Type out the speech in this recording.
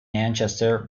manchester